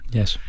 yes